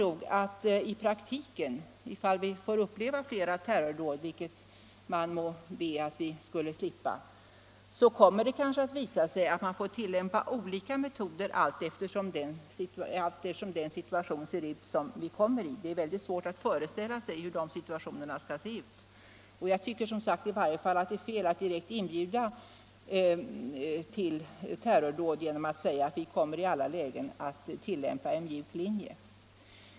Om vi får uppleva fler terrordåd, vilket man må be att vi slipper, kommer det nog i praktiken att visa sig att olika metoder får tillämpas, anpassade till den aktuella situationen. Det är väldigt svårt att föreställa sig dessa situationer, men det är i varje fall fel att direkt inbjuda till terrordåd genom att säga att regeringen i alla lägen kommer att tillämpa en mjuk linje.